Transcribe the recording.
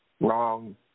wrong